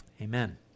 amen